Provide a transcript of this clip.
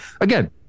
again